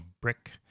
brick